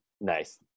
Nice